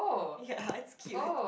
ya it's cute